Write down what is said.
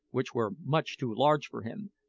which were much too large for him,